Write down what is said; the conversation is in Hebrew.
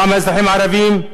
פעם האזרחים הערבים,